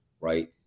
right